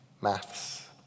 maths